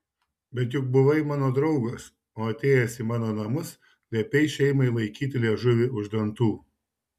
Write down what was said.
bet juk buvai mano draugas o atėjęs į mano namus liepei šeimai laikyti liežuvį už dantų